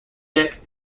deck